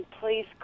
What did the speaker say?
please